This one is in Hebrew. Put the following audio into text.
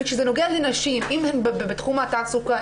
וכשזה נוגע לנשים אם הן בתחום התעסוקה,